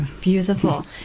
Beautiful